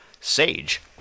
Sage